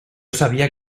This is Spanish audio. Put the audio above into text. sabía